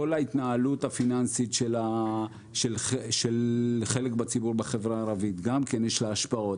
לכל ההתנהלות הפיננסית של חלק מהציבור בחברה הערבית גם יש השפעות,